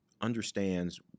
understands